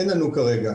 ואין לנו כרגע.